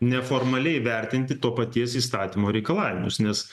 neformaliai vertinti to paties įstatymo reikalavimus nes